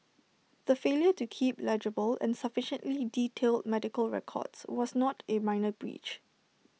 the failure to keep legible and sufficiently detailed medical records was not A minor breach